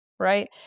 right